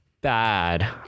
bad